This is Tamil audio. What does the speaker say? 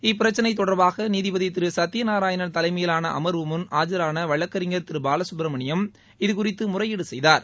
இப்பிரச்சினை தொடர்பாக நீதிபதி திரு சத்யநாராயணன் தலைமையிலான அம்வு முன் ஆஜான வழக்கறிஞர் திரு பாலசுப்ரமணியம் இது குறித்து முறையீடு செய்தார்